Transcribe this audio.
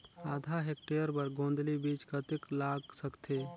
आधा हेक्टेयर बर गोंदली बीच कतेक लाग सकथे?